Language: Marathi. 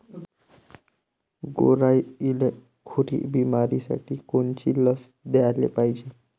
गुरांइले खुरी बिमारीसाठी कोनची लस द्याले पायजे?